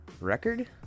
record